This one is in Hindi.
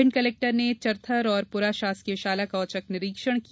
भिंड कलेक्टर ने चरथर और पुरा शासकीय शाला का औचक निरीक्षण किया